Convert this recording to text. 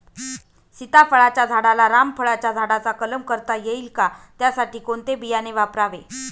सीताफळाच्या झाडाला रामफळाच्या झाडाचा कलम करता येईल का, त्यासाठी कोणते बियाणे वापरावे?